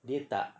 dia tak